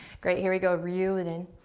great, here we go, reel it in.